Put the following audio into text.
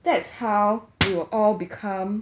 that's how we will all become